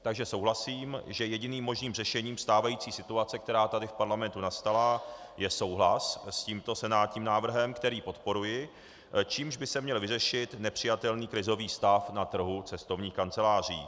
Takže souhlasím, že jediným možným řešením stávající situace, která tady v Parlamentu nastala, je souhlas s tímto senátním návrhem, který podporuji, čímž by se měl vyřešit nepřijatelný krizový stav na trhu cestovních kanceláří.